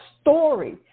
story